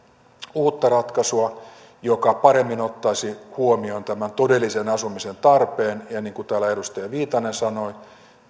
uutta ratkaisua joka paremmin ottaisi huomioon tämän todellisen asumisen tarpeen ja niin kuin täällä edustaja viitanen sanoi